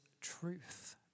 truth